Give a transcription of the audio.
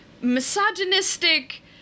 misogynistic